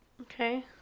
Okay